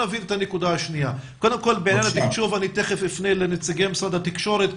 תיכף אפנה לנציגי משרד התקשורת,